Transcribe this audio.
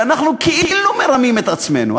שאנחנו כאילו מרמים את עצמנו.